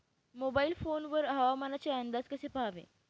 Mobile phone वर हवामानाचे अंदाज कसे पहावे?